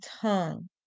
tongue